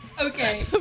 Okay